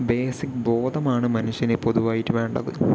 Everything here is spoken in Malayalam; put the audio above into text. ബേസിക് ബോധമാണ് മനുഷ്യനെ പൊതുവായിട്ട് വേണ്ടത്